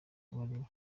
kabarebe